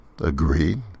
agreed